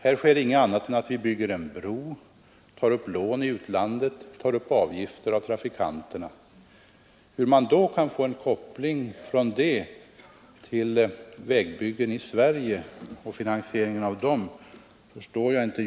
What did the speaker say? Här sker ingenting annat än att vi bygger en bro, tar upp lån i utlandet och tar upp avgifter av trafikanterna. Hur man kan koppla samman detta med vägbyggen i Sverige och finansieringen av dem förstår jag inte.